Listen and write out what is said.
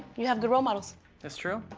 you have good role models it's true.